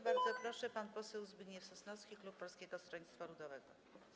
Bardzo proszę, pan poseł Zbigniew Sosnowski, klub Polskiego Stronnictwa Ludowego.